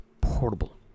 portable